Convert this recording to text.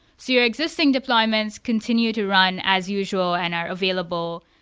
so your existing deployments continue to run as usual and are available.